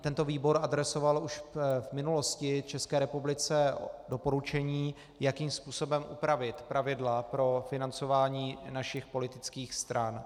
Tento výbor adresoval už v minulosti České republice doporučení, jakým způsobem upravit pravidla pro financování našich politických stran.